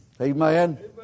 Amen